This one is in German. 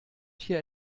tier